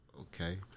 Okay